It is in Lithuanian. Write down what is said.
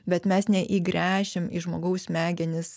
bet mes neįgręšim į žmogaus smegenis